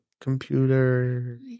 computer